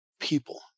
people